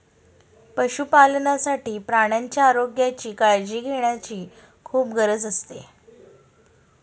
पशुपालनासाठी प्राण्यांच्या आरोग्याची काळजी घेण्याची खूप गरज असते